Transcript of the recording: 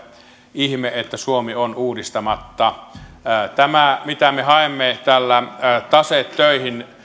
ihme että suomi on uudistamatta mitä me haemme tällä ilmaisulla taseet töihin